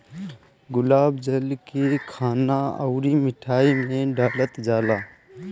गुलाब जल के खाना अउरी मिठाई में डालल जाला